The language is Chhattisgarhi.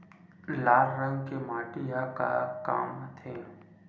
लाल रंग के माटी ह का काम आथे?